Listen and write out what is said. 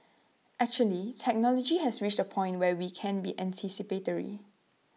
actually technology has reached A point where we can be anticipatory